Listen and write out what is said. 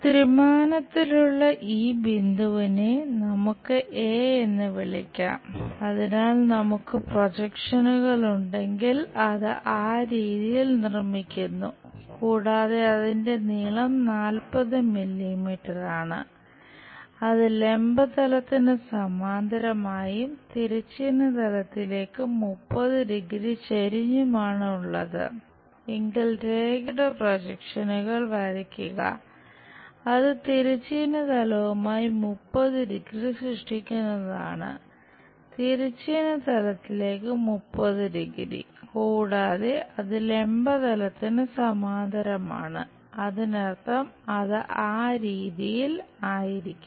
ത്രിമാനത്തിലുള്ള ഈ ബിന്ദുവിനെ നമുക്ക് കൂടാതെ അത് ലംബ തലത്തിന് സമാന്തരമാണ് അതിനർത്ഥം അത് ആ രീതിയിൽ ആയിരിക്കണം